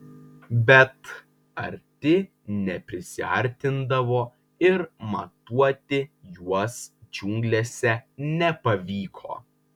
bet arti neprisiartindavo ir matuoti juos džiunglėse nepavyko